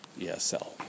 ESL